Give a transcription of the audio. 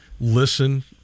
Listen